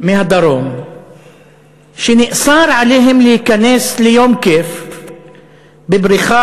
מהדרום שנאסר עליהם להיכנס ליום כיף בבריכה